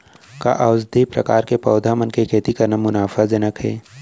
का औषधीय प्रकार के पौधा मन के खेती करना मुनाफाजनक हे?